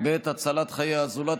בעת הצלת חיי הזולת),